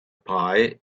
pie